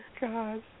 God